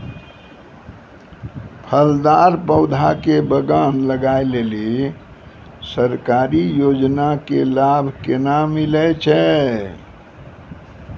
फलदार पौधा के बगान लगाय लेली सरकारी योजना के लाभ केना मिलै छै?